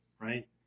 right